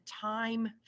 time